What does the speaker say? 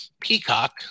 Peacock